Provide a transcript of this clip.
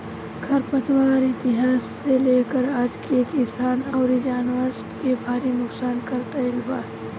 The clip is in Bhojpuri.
खर पतवार इतिहास से लेके आज ले किसान अउरी जानवर के भारी नुकसान करत आईल बा